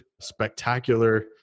spectacular